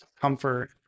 comfort